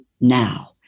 now